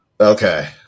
Okay